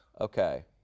Okay